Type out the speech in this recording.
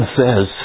says